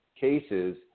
cases